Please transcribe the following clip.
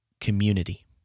community